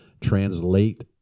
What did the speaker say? translate